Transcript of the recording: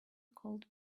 cold